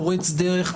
פורץ דרך.